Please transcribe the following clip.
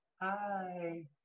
hi